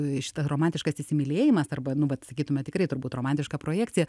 į šitą romantiškas įsimylėjimas arba nu vat sakytume tikrai turbūt romantiška projekcija